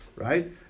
Right